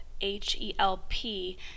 H-E-L-P